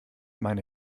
meine